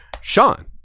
Sean